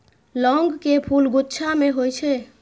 लौंग के फूल गुच्छा मे होइ छै